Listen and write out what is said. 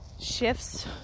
shifts